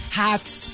hats